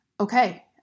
okay